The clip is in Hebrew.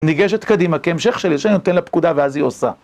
ניגשת קדימה, כהמשך של אישה נותן לה פקודה ואז היא עושה